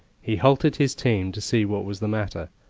he halted his team to see what was the matter,